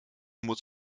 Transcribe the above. muss